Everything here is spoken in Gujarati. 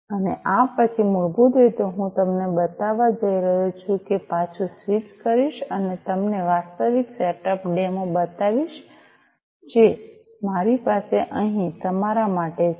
અને આ પછી મૂળભૂત રીતે હું તમને બતાવવા જઈ રહ્યો છું કે હું પાછુ સ્વિચ કરીશ અને તમને વાસ્તવિક સેટઅપ ડેમો બતાવીશ જે મારી પાસે અહીં તમારા માટે છે